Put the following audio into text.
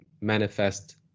manifest